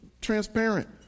transparent